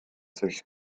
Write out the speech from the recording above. sich